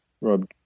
rob